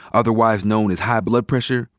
otherwise known as high blood pressure,